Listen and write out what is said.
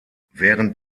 während